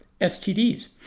STDs